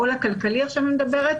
בעול הכלכלי עכשיו אני מדברת,